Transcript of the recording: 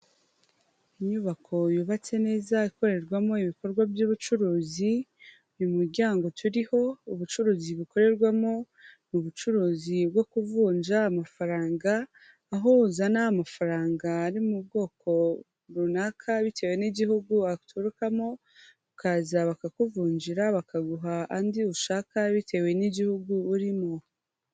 Inyubako yubatse neza ikorerwamo ibikorwa by'ubucuruzi, uyu muryango turiho ubucuruzi bukorerwamo ni ubucuruzi bwo kuvunja amafaranga, aho uzana amafaranga ari mu bwoko runaka bitewe n'igihugu waturukamo ukaza bakakuvunjira bakaguha andi ushaka bitewe n'igihugu urimo.